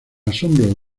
asombro